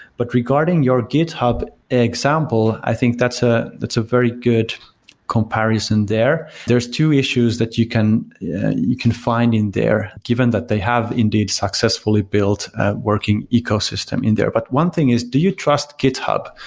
but regarding your github example, i think that's ah that's a very good comparison there. there's two issues that you can you find in their given that they have indeed successfully built a working ecosystem in there. but one thing is do you trust github?